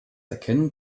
erkennen